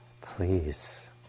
Please